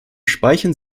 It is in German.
speichern